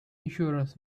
insurance